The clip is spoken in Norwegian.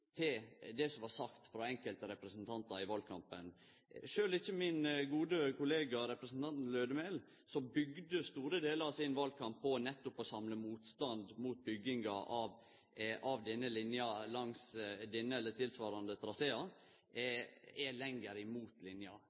til det som blei sagt frå enkelte representantar i valkampen. Sjølv ikkje min gode kollega representanten Lødemel, som bygde store delar av sin valkamp på nettopp å samle motstand mot bygging av denne linja langs denne eller tilsvarande trasear, er lenger imot linja.